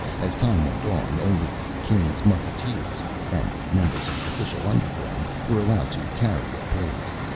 as time went on, only the king's mucketeers and members of the official underground were allowed to carry epees.